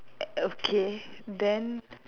okay then